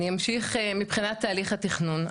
אני אמשיך מבחינת תהליך התכנון,